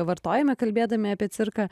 vartojame kalbėdami apie cirką